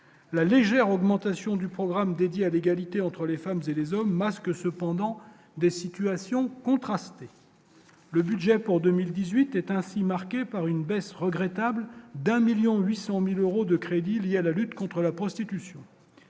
la légère augmentation du programme dédié à l'égalité entre les femmes et les hommes masque cependant des situations contrastées: le budget pour 2018 est ainsi marquée par une baisse regrettable d'un 1000000 800000 euros de crédit il y a la lutte contre la prostitution